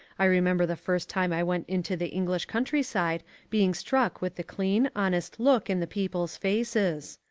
i remember the first time i went into the english country-side being struck with the clean, honest look in the people's faces.